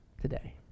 today